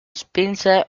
spinse